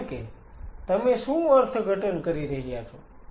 જેમ કે તમે શું અર્થઘટન કરી રહ્યા છો